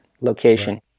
location